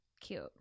cute